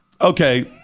Okay